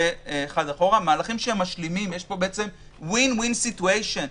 יש פה בעצם Win-Win situation.